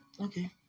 Okay